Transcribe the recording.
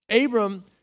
Abram